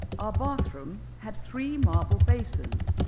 our bathroom had three marble basins,